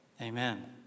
Amen